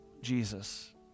Jesus